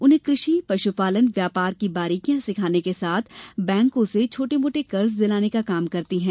उन्हें कृ षि पश्पालन व्यापार की बारीकियां सिखाने के साथ बैंको से छोटे मोटे कर्ज दिलाने का काम करती हैं